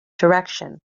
direction